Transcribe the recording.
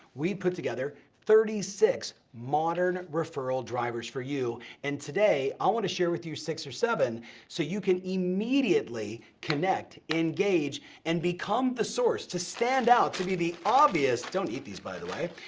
we put together thirty six modern referral drivers for you, and today, i wanna share with you six or seven so you can immediately connect, engage, and become the source to stand out, to be the obvious, don't eat these by the way,